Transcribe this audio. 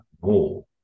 war